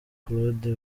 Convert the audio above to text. claude